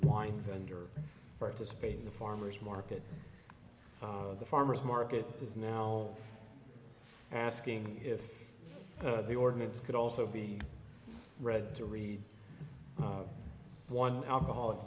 wine vendor participate in the farmer's market at the farmer's market is now asking if the ordinance could also be read to read one alcoholic